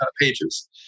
pages